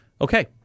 Okay